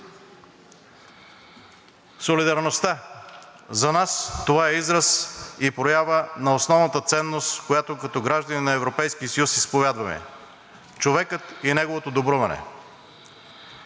Солидарността за нас е израз и проява на основната ценност, която като граждани на Европейския съюз изповядваме – човекът и неговото добруване.